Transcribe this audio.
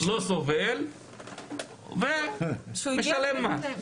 לא סובל ומשלם מס.